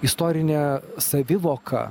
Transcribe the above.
istorinė savivoka